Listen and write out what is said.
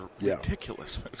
ridiculous